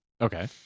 Okay